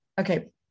Okay